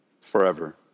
forever